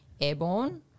airborne